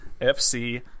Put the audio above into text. FC